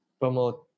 promote